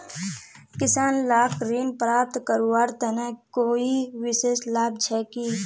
किसान लाक ऋण प्राप्त करवार तने कोई विशेष लाभ छे कि?